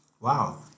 Wow